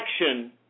action